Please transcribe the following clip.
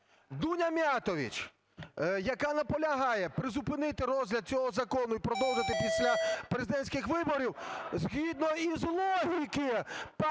Дуня Міятович, яка наполягає призупинити розгляд цього закону і продовжити після президентських виборів, згідно із логіки пана